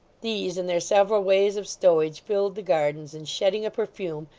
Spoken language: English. these, in their several ways of stowage, filled the gardens and shedding a perfume,